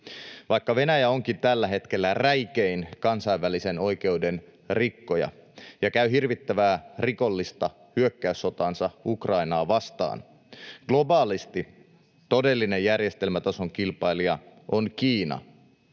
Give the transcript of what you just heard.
Vaikka Venäjä onkin tällä hetkellä räikein kansainvälisen oikeuden rikkoja ja käy hirvittävää, rikollista hyökkäyssotaansa Ukrainaa vastaan, globaalisti todellinen järjestelmätason kilpailija on Kiina.